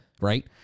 Right